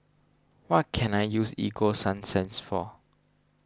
what can I use Ego Sunsense for